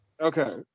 Okay